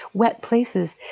wet places,